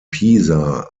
pisa